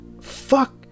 fuck